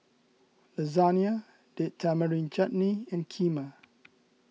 Lasagna Date Tamarind Chutney and Kheema